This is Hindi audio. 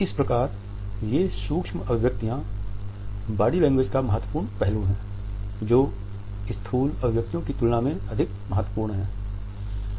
इस प्रकार ये सूक्ष्म अभिव्यक्तियाँ बॉडी लैंग्वेज का महत्वपूर्ण पहलू हैं जो स्थूल अभिव्यक्तियों की तुलना में अधिक महत्वपूर्ण हैं